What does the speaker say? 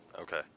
Okay